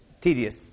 tedious